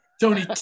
Tony